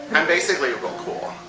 i'm basically real cool.